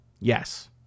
yes